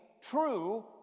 True